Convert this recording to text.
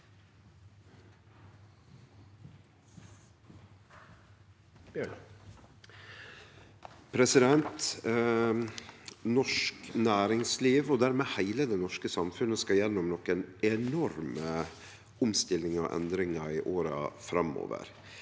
Norsk næringsliv og dermed heile det norske samfunnet skal gjennom nokre enorme omstillingar og endringar i åra framover.